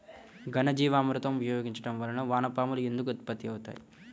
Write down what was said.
ఘనజీవామృతం ఉపయోగించటం వలన వాన పాములు ఎందుకు ఉత్పత్తి అవుతాయి?